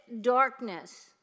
darkness